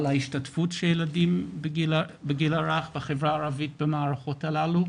ההשתתפות של ילדים בגיל הרך בחברה הערבית במערכות הללו.